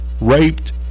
raped